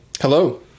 Hello